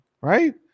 right